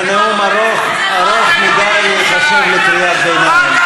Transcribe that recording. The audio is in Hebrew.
זה נאום ארוך, ארוך מדי להיחשב קריאת ביניים.